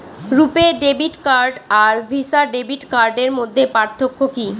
রূপে debit card আর Visa debit কার্ডের মধ্যে পার্থক্য কি?